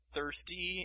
thirsty